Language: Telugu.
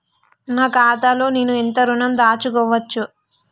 నా ఖాతాలో నేను ఎంత ఋణం దాచుకోవచ్చు?